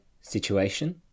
situation